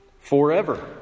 Forever